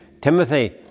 Timothy